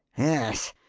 yes.